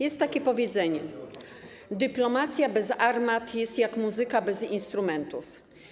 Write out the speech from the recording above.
Jest takie powiedzenie: dyplomacja bez armat jest jak muzyka bez instrumentów.